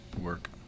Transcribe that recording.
work